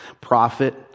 prophet